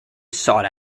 sought